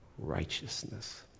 righteousness